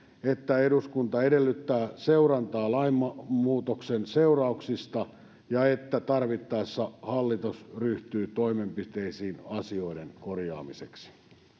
että eduskunta edellyttää seurantaa lainmuutoksen seurauksista ja että tarvittaessa hallitus ryhtyy toimenpiteisiin asioiden korjaamiseksi